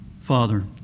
Father